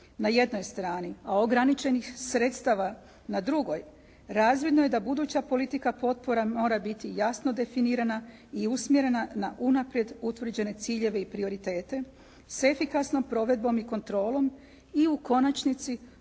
na jednoj strani, a ograničenih sredstava na drugoj, razvidno je da buduća politika potpora mora biti jasno definira i usmjerena na unaprijed utvrđene ciljeve i prioritete s efikasnom provedbom i kontrolom i u konačnici,